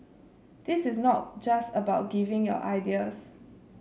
this is not just about giving your ideas